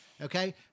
okay